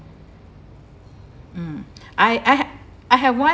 mm I I I have one